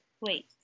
Wait